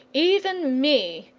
even me,